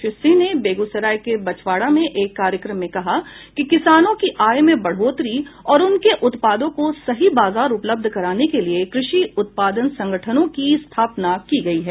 श्री सिंह ने बेगूसराय के बछवाड़ा में एक कार्यक्रम में कहा कि किसानों की आय में बढ़ोतरी और उनके उत्पादों को सही बाजार उपलब्ध कराने के लिए कृषि उत्पादन संगठनों की स्थापना की गयी है